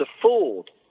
afford